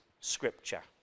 scripture